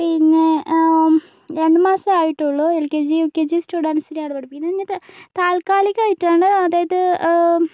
പിന്നെ രണ്ട് മാസമേ ആയിട്ടുള്ളു എൽകെജി യൂകെജി സ്റ്റുഡൻസിനെ ആണ് പഠിപ്പിക്കുന്നത് എന്നിട്ട് താൽക്കാലികമായിട്ടാണ് അതായത്